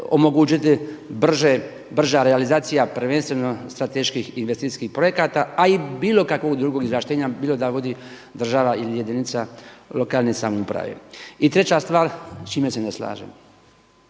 omogućiti brža realizacija, prvenstveno strateških i investicijskih projekata a i bilo kakvog drugog izvlaštenja bilo da vodi država ili jedinica lokalne samouprave. I treća stvar s čime se ne slažem,